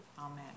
Amen